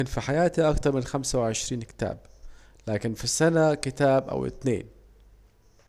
في حياتي اكتر من خمسة وعشرين كتاب، لكن في السنة كتاب او اتنين